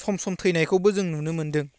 सम सम थैनायखौबो जों नुनो मोनदों